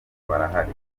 barahari